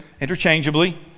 interchangeably